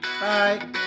Bye